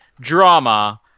drama